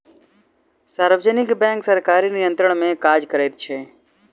सार्वजनिक बैंक सरकारी नियंत्रण मे काज करैत छै